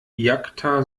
jacta